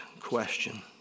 question